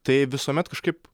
tai visuomet kažkaip